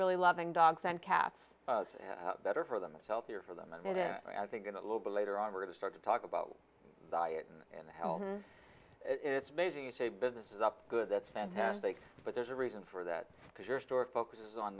really loving dogs and cats better for them it's healthier for them and there i think in a little bit later on we're going to start to talk about diet and health it's amazing you say business is up good that's fantastic but there's a reason for that because your store focuses on